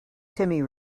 timmy